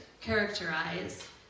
characterize